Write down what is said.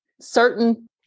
certain